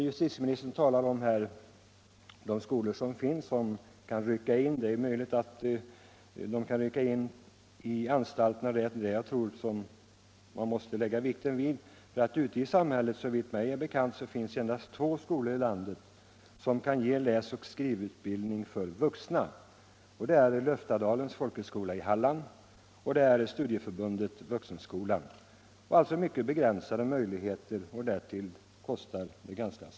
Justitieministern talar här om skolor som sänder lärare till anstalterna. Jag tror att det är sådan verksamhet man måste lägga vikten vid, eftersom det ute i samhället, såvitt mig är bekant, finns endast två skolor som kan ge läsoch skrivutbildning för vuxna. Det är Löftadalens folkhögskola i Halland och Studieförbundet Vuxenskolan. Möjligheterna till utbildning för de människor det gäller är alltså ganska begränsade och därtill mycket — Nr 19 kostnadskrävande.